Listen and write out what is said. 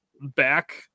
back